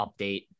update